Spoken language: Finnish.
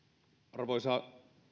arvoisa